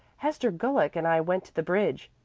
hester gulick and i went to the bridge,